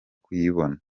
kuyibona